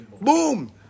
boom